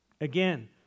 Again